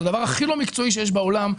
זה הדבר הכי לא מקצועי שיש בעולם.